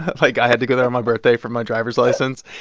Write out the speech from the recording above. like, i had to go there on my birthday for my driver's license.